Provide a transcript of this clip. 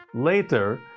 Later